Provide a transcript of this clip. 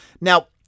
Now